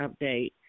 update